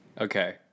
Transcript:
Okay